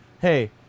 hey